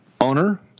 owner